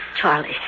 Charlie